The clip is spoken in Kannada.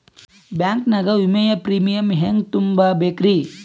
ಬ್ಯಾಂಕ್ ನಾಗ ವಿಮೆಯ ಪ್ರೀಮಿಯಂ ಹೆಂಗ್ ತುಂಬಾ ಬೇಕ್ರಿ?